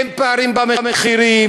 אין פערים במחירים,